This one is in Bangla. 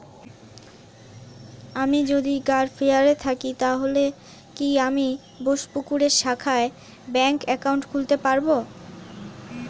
আমি যদি গরফায়ে থাকি তাহলে কি আমি বোসপুকুরের শাখায় ব্যঙ্ক একাউন্ট খুলতে পারবো?